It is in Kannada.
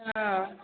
ಹಾಂ